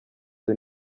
the